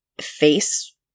face